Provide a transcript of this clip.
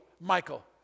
Michael